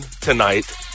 tonight